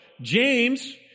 James